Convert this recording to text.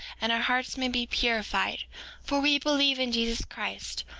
and our hearts may be purified for we believe in jesus christ,